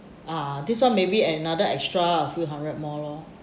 ah this one maybe another extra few hundred more lor